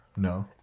No